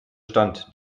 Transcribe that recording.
stand